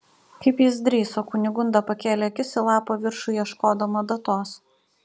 kaip jis drįso kunigunda pakėlė akis į lapo viršų ieškodama datos